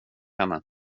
henne